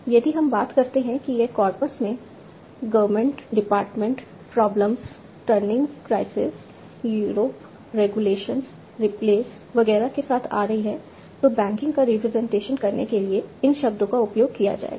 यदि हम बात करते हैं कि यह कॉर्पस में government department problems turning crisis Europe regulations replace वगैरह के साथ आ रही है तो बैंकिंग का रिप्रेजेंटेशन करने के लिए इन शब्दों का उपयोग किया जाएगा